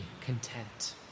content